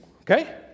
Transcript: okay